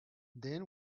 then